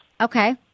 Okay